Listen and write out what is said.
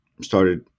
started